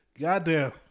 Goddamn